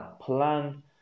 Plan